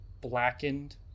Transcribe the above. blackened